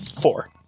Four